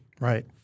Right